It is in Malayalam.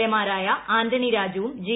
എ മാരായ ആന്റണി രാജുവും ജി